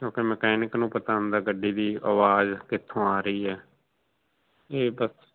ਕਿਉਂਕਿ ਮਕੈਨਿਕ ਨੂੰ ਪਤਾ ਹੁੰਦਾ ਗੱਡੀ ਦੀ ਆਵਾਜ਼ ਕਿੱਥੋਂ ਆ ਰਹੀ ਹੈ ਇਹ ਬਸ